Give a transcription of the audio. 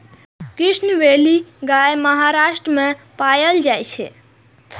Krishna valley गाय महाराष्ट्र मे पाएल जाइ छै